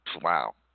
Wow